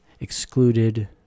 excluded